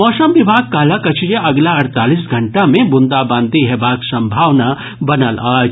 मौसम विभाग कहलक अछि जे अगिला अड़तालिस घंटा मे बुंदाबांदी हेबाक संभावना बनल अछि